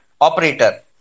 operator